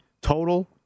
Total